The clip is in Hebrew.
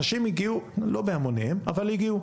אנשים להגיעו, לא בהמוניהם, אבל הגיעו.